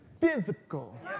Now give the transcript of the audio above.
physical